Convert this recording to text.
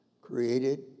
created